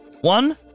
One